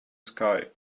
sky